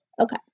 okay